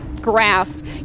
grasp